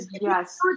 Yes